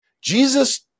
Jesus